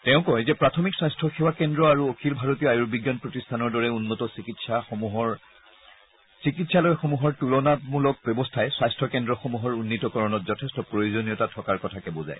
তেওঁ কয় যে প্ৰাথমিক স্বাস্থ্য সেৱা কেন্দ্ৰ আৰু অখিল ভাৰতীয় আযুৰ্বিজ্ঞান প্ৰতিষ্ঠানৰ দৰে উন্নত চিকিৎসালয়সমূহৰ তুলনামূলক ব্যৱস্থাই স্বাস্থ্য কেন্দ্ৰসমূহৰ উন্নীতকৰণত যথেষ্ট প্ৰয়োজনীয়তা থকাৰ কথাকে বুজায়